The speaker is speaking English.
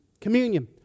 Communion